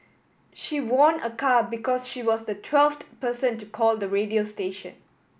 she won a car because she was the twelfth person to call the radio station